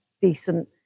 decent